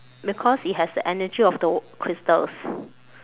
because it has the energy of the crystals